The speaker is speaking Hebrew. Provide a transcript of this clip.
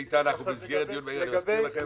איתן, אנחנו במסגרת דיון מהיר, אני מזכיר לכם.